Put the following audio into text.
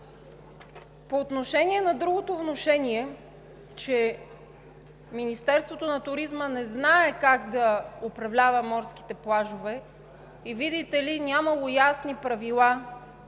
По отношение на другото внушение, че Министерството на туризма не знае как да управлява морските плажове и, видите ли, нямало ясни правила